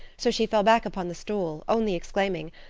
so she fell back upon the stool, only exclaiming,